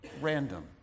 random